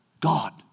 God